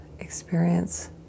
experience